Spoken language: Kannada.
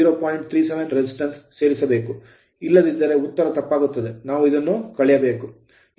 ಇಲ್ಲದಿದ್ದರೆ ಉತ್ತರ ತಪ್ಪಾಗುತ್ತದೆ ನಾವು ಇದನ್ನು ಕಳೆಯಬೇಕು